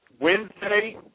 Wednesday